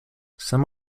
some